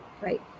right